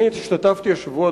השתתפתי השבוע,